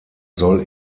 soll